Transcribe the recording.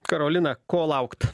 karolina ko laukt